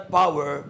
power